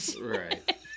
Right